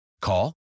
Call